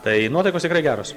tai nuotaikos tikrai geros